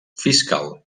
fiscal